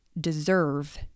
deserve